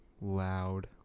loud